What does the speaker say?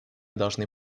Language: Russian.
должны